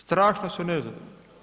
Strašno su nezadovoljni.